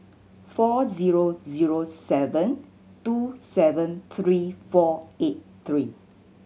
four zero zero seven two seven three four eight three